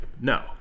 No